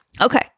Okay